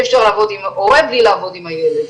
אפשר לעבוד עם הורה בלי לעבוד עם הילד.